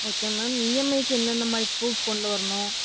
okay ma'am இஎம்ஐக்கு என்னென்ன மாதிரி ப்ரூஃப் கொண்டு வரணும்